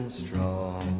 strong